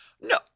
No